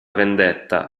vendetta